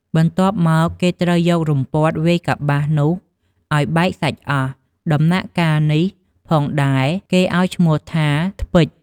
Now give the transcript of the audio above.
បន្ទាប់មកគេត្រូវយករំពាត់វាយកប្បាសនោះឲ្យបែកសាច់អស់ ដំណាក់កាលនេះផងដែរគេឲ្យឈ្មោះថាថ្ពេច។